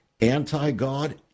anti-God